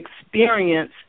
experience